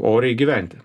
oriai gyventi